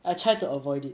I try to avoid it